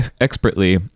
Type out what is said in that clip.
expertly